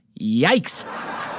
Yikes